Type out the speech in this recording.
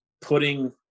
putting